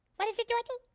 what is it, dorothy? oh,